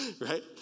Right